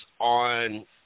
on